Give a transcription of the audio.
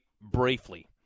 briefly